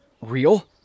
real